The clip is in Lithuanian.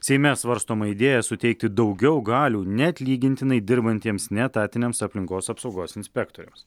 seime svarstoma idėja suteikti daugiau galių neatlygintinai dirbantiems neetatiniams aplinkos apsaugos inspektoriams